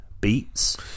beats